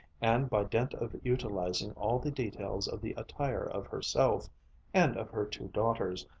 and by dint of utilizing all the details of the attire of herself and of her two daughters,